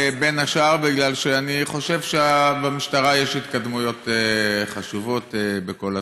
בין השאר בגלל שאני חושב שבמשטרה יש התקדמויות חשובות בכל התחומים.